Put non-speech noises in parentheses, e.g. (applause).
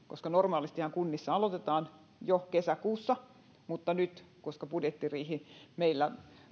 (unintelligible) koska normaalistihan kunnissa aloitetaan jo kesäkuussa mutta nyt koska budjettiriihi meillä